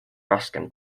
raskem